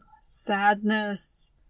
sadness